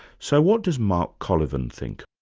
so what does mark colyvan think?